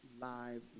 live